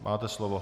Máte slovo.